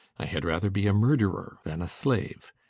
i had rather be a murderer than a slave.